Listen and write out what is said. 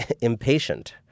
impatient